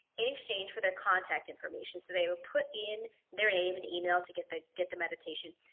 in exchange for their contact information. so they will put in their name and email to get the get the meditation.